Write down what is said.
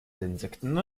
insekten